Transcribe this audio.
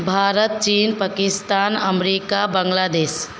भारत चीन पाकिस्तान अमरीका बांग्लादेश